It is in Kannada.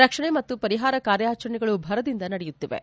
ರಕ್ಷಣೆ ಮತ್ತು ಪರಿಹಾರ ಕಾರ್ಯಾಚರಣೆಗಳು ಭರದಿಂದ ನಡೆಯುತ್ತಿವೆ